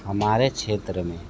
हमारे क्षेत्र में